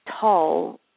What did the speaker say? tall